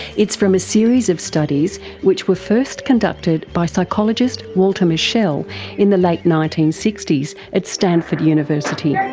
it's from a series of studies which were first conducted by psychologist psychologist walter mischel in the late nineteen sixty s at stanford university. yeah